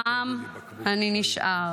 הפעם אני נשאר.